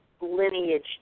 lineage